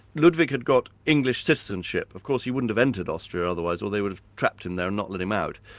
ludwig had got english citizenship. of course he wouldn't have entered austria otherwise or they would have trapped him there and not let him out.